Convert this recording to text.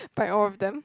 by all of them